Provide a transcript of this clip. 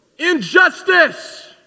injustice